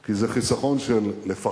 כי זה חיסכון של לפחות